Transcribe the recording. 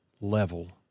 level